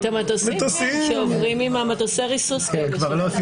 מטוסי ריסוס כאלה.